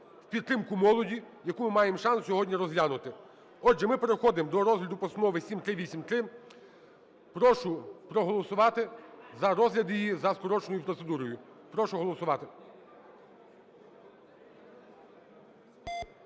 в підтримку молоді, яку ми маємо шанс сьогодні розглянути. Отже, ми переходимо до розгляду Постанови 7383. Прошу проголосувати за розгляд її за скороченою процедурою. Прошу голосувати.